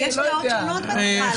יש דעות שונות בהלכה.